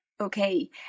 Okay